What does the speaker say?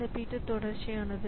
இந்த P2 தொடர்ச்சியானது